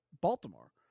Baltimore